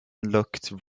looked